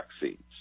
vaccines